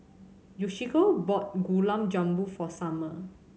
Yoshiko bought Gulab Jamun for Summer